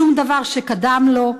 שום דבר שקדם לו,